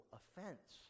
offense